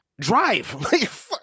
Drive